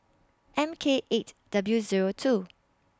M K eight W Zero two